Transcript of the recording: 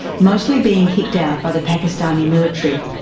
mostly being kicked out by the pakistani military.